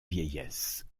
vieillesse